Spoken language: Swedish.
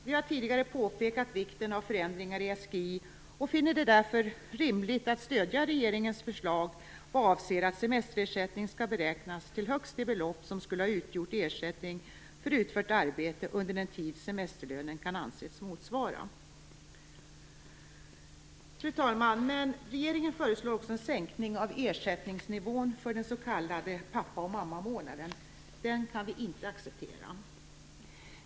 Vi har tidigare påpekat vikten av förändringar i SGI och finner det därför rimligt att stödja regeringens förslag vad avser att semesterersättning skall beräknas till högst det belopp som skulle ha utgjort ersättning för utfört arbete under den tid semesterlönen kan anses motsvara. Fru talman! Regeringen föreslår också en sänkning av ersättningsnivån för den s.k. pappa och mammamånaden. Den kan vi inte acceptera.